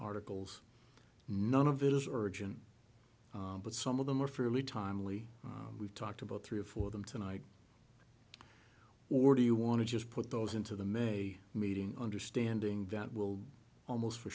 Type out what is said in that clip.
articles none of it is origin but some of them are fairly timely we've talked about three or four of them tonight or do you want to just put those into the may meeting understanding that will almost for